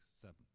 seven